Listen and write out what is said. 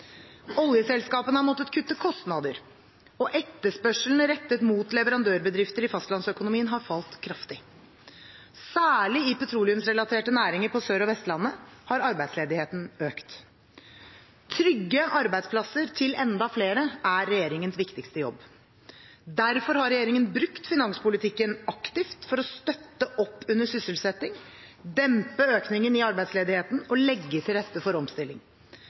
Oljeselskapene har måttet kutte kostnader, og etterspørselen rettet mot leverandørbedrifter i fastlandsøkonomien har falt kraftig. Særlig i petroleumsrelaterte næringer på Sør- og Vestlandet har arbeidsledigheten økt. Trygge arbeidsplasser til enda flere er regjeringens viktigste jobb. Derfor har regjeringen brukt finanspolitikken aktivt for å støtte opp under sysselsetting, dempe økningen i arbeidsledigheten og legge til rette for omstilling.